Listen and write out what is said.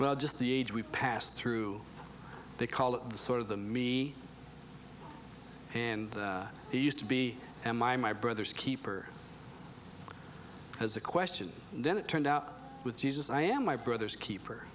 just the age we passed through they call it the sort of the me and he used to be and my my brother's keeper has a question then it turned out with jesus i am my brother's keeper